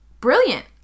brilliant